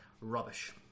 rubbish